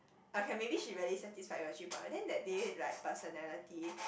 okay maybe she really satisfied her three point one then that day like personality